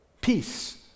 peace